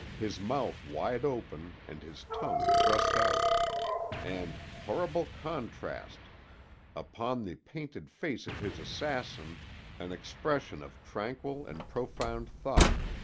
his mouth wide open and his tongue thrust out and horrible contrast upon the painted face of his assassin an expression of tranquil and profound thought,